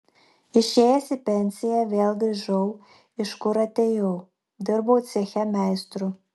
išėjęs į pensiją vėl grįžau iš kur atėjau dirbau ceche meistru